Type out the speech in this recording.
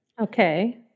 Okay